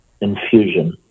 infusion